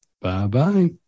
Bye-bye